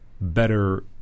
better